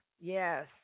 Yes